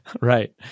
Right